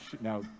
Now